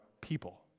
people